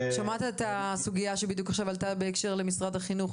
שמעת את הסוגיה עלתה עכשיו בקשר למשרד החינוך.